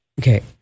okay